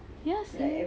yes sia